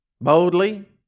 boldly